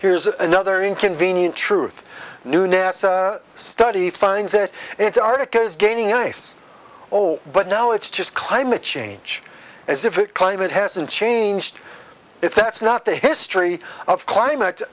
here's another inconvenient truth new nasa study finds that it's arctic is gaining ice oh but no it's just climate change as if it climate hasn't changed if that's not the history of climate